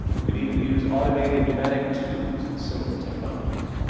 we could even use automated pneumatic tubes and similar technologies.